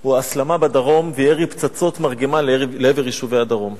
הוא הסלמה בדרום וירי פצצות מרגמה לעבר יישובי הדרום.